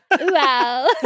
wow